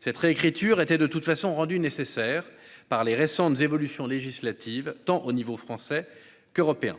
Cette réécriture était, de toute façon, rendue nécessaire par les récentes évolutions législatives, tant au niveau français qu'au niveau